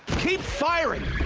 keep firing!